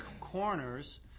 corners